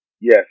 yes